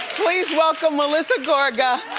please welcome melissa gorga.